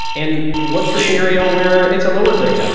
and what's the scenario where it's lower grade? ah